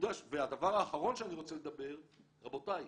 והדבר האחרון שאני רוצה לדבר עליו רבותיי,